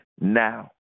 Now